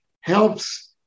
helps